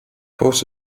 post